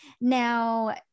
Now